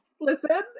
listen